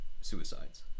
suicides